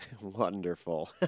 Wonderful